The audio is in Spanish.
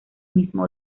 mismo